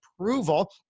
approval